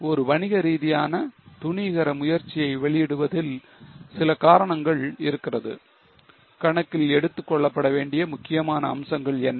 ஒரு வணிக ரீதியான துணிகர முயற்சியை வெளியிடுவதில் சில காரணங்கள் இருக்கிறது கணக்கில் எடுத்துக் கொள்ளப்பட வேண்டிய முக்கியமான அம்சங்கள் என்ன